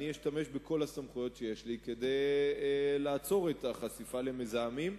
אני אשתמש בכל הסמכויות שיש לי כדי לעצור את החשיפה למזהמים,